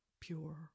pure